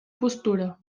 postura